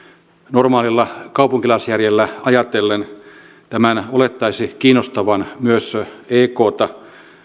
normaalilla kaupunkilaisjärjellä ajatellen tämän olettaisi kiinnostavan myös ekta